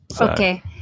Okay